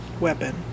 weapon